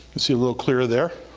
and see a little clearer there.